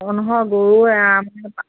অঁ নহয় গৰু